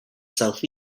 south